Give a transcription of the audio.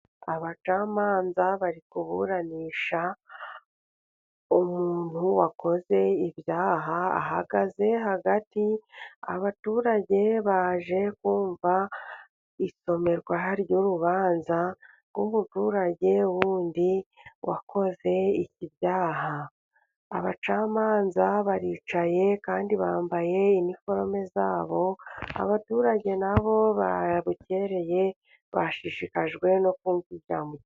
Abacamanza bari kuburanisha umuntu wakoze ibyaha, ahagaze hagati abaturage baje kumva isomerwa ry'urubanza rw'umuturage wundi wakoze ibyaha, abacamanza baricaye kandi bambaye iniforume zabo, abaturage na bo babukereye bashishikajwe no kumva ibya muge.....